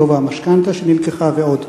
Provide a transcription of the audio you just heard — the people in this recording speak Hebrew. גובה המשכנתה שנלקחה ועוד.